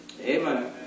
Amen